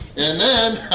and then.